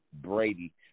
Brady